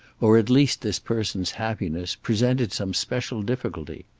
or at least this person's happiness, presented some special difficulty.